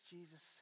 Jesus